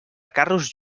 carros